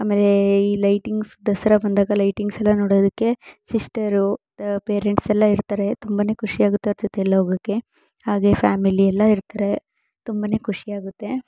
ಆಮೇಲೆ ಈ ಲೈಟಿಂಗ್ಸ್ ದಸರಾ ಬಂದಾಗ ಲೈಟಿಂಗ್ಸ್ ಎಲ್ಲ ನೋಡೋದಕ್ಕೆ ಸಿಸ್ಟರು ಪೇರೆಂಟ್ಸ್ ಎಲ್ಲ ಇರ್ತಾರೆ ತುಂಬನೇ ಖುಷಿಯಾಗುತ್ತೆ ಅವ್ರ ಜೊತೆ ಎಲ್ಲ ಹೋಗೋಕ್ಕೆ ಹಾಗೆ ಫ್ಯಾಮಿಲಿ ಎಲ್ಲ ಇರ್ತಾರೆ ತುಂಬನೇ ಖುಷಿಯಾಗುತ್ತೆ